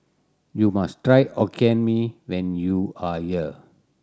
you must try Hokkien Mee when you are here